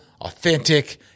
authentic